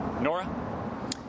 Nora